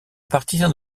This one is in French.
partir